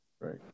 Right